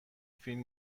فیلم